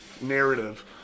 narrative